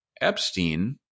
Epstein